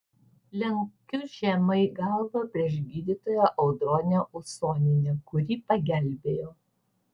lenkiu žemai galvą prieš gydytoją audronę usonienę kuri pagelbėjo